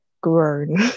grown